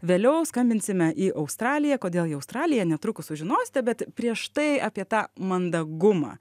vėliau skambinsime į australiją kodėl į australiją netrukus sužinosite bet prieš tai apie tą mandagumą